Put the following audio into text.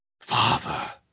father